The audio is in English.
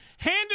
Handed